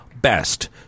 best